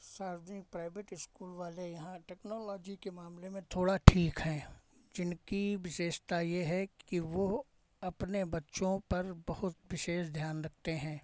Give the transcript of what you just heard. सार्वजनिक private school वाले यहाँ टेक्नोलॉजी के मामले में थोड़ा ठीक हैं जिनकी विशेषता ये है कि वो अपने बच्चों पर बहुत विशेष ध्यान रखते हैं